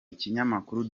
ikinyamakuru